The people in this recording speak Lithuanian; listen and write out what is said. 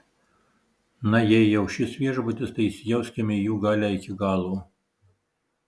na jei jau šis viešbutis tai įsijauskime į jų galią iki galo